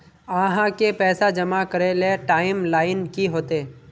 आहाँ के पैसा जमा करे ले टाइम लाइन की होते?